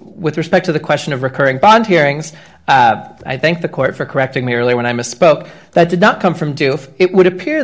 with respect to the question of recurring bond hearings i think the court for correcting me earlier when i misspoke that did not come from do it would appear